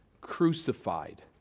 crucified